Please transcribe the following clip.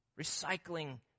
Recycling